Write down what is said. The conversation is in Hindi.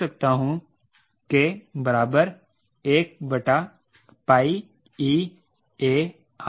अगर मैं यहाँ न्यूनतम आवश्यक थ्रस्ट पर उड़ना चाहता हूँ फिर मुझे ऐसे उड़ना होगा कि किसी दी गई ऊंचाई पर CLCD अधिकतम हो